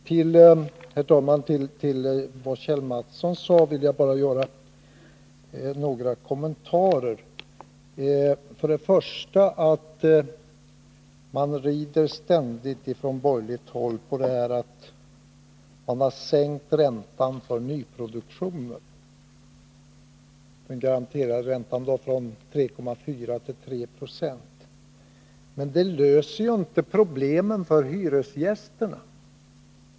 Herr talman! Till vad Kjell Mattsson sade vill jag bara göra några kommentarer. Man rider ständigt från borgerligt håll på att man har sänkt den garanterade räntan för nyproduktionen från 3,4 till 3 20. Men det löser ju inte problemen för hyresgästerna.